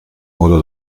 modo